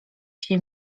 się